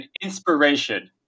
inspiration